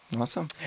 Awesome